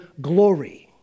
glory